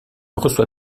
reçoit